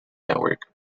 network